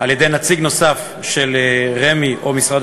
על-ידי נציג נוסף של רמ"י או משרד